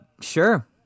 Sure